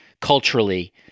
culturally